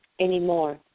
anymore